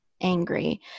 angry